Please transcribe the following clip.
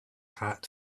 heart